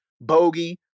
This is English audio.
Bogey